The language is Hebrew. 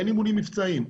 אין אימונים מבצעיים,